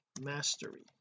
mastery